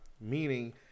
meaning